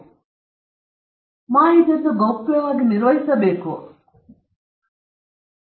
ಆದ್ದರಿಂದ ಅವನ ಅಥವಾ ಅವಳ ಬಗ್ಗೆ ಎಲ್ಲಾ ಮಾಹಿತಿಯು ಗೌಪ್ಯವಾಗಿ ನಿರ್ವಹಿಸಬೇಕು ಮತ್ತು ವಿಷಯಕ್ಕೆ ಪಾಲ್ಗೊಳ್ಳುವಿಕೆಯ ವೆಚ್ಚವನ್ನು ಕಡಿಮೆ ಮಾಡಬೇಕು